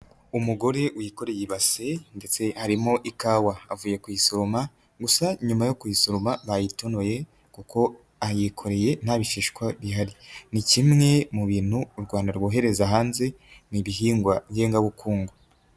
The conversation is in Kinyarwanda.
Umugore wikoreye ibase ndetse arimo ikawa avuye kuyisoroma, gusa nyuma yo kuyisoroma bayitonoye, kuko ayikoreye ntabishishwa bihari. Ni kimwe mu bintu u Rwanda rwohereza hanze, ni ibihingwa ngengabukungu.